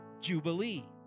jubilee